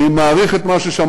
אני מעריך את מה ששמעתי